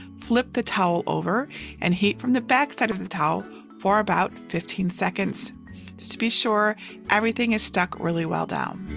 flip the towel over and heat from the backside of the towel for about fifteen seconds just to be sure everything is stuck really well down.